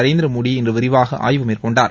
நரேந்திர மோடி இன்று விரிவாக ஆய்வு மேற்கொண்டார்